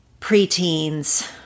preteens